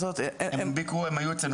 הם ביקרו, הם היו אצלנו